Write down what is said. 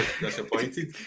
disappointed